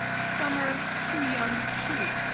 summer chuyang xu,